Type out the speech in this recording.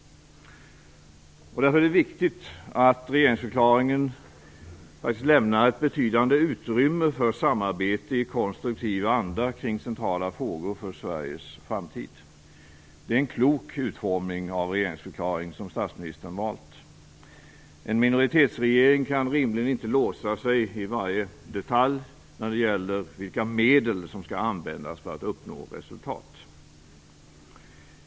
Därför är det viktigt att regeringsförklaringen faktiskt lämnar ett betydande utrymme för samarbete i konstruktiv anda kring centrala frågor för Sveriges framtid. Det är en klok utformning av regeringsförklaringen som statsministern valt. En minoritetsregering kan rimligen inte låsa sig i varje detalj när det gäller vilka medel som skall användas för att uppnå resultat.